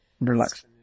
Relax